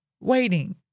waiting